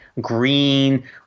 green